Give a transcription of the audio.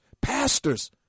pastors